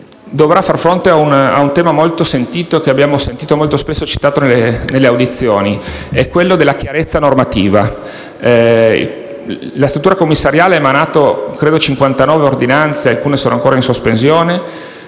dovrà far fronte a un tema molto sentito e che abbiamo sentito spesso citato nelle audizioni: la chiarezza normativa. La struttura commissariale ha emanato, credo, 59 ordinanze, alcune delle quali ancora in sospensione,